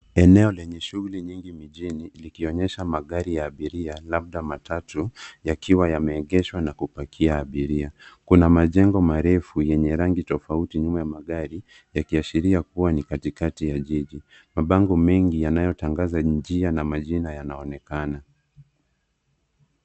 Eneo lenye shughuli nyingi mijini likionyesha magari ya abiria labda matatu yakiwa yame egeshwa na kupakia abiria. Kuna majengo marefu yenye rangi tofauti nyuma ya magari yaki ashiria kuwa ni katikati jiji. Mabango mengi yanayo tangaza njia na majina yanaonekana.